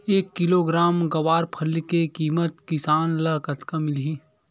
एक किलोग्राम गवारफली के किमत किसान ल कतका मिलही?